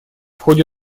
ходе